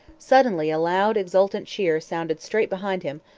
suddenly a loud, exultant cheer sounded straight behind him,